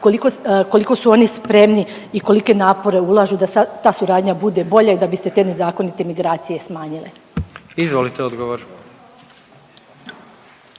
koliko su oni spremni i kolike napore ulažu da ta suradnja bude bolja i da bi se te nezakonite migracije smanjile? **Jandroković,